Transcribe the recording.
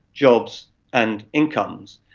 jobs and incomes,